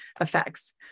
effects